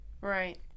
Right